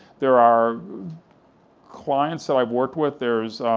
there are clients that i've worked with, there's